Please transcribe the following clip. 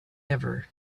ever